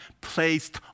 placed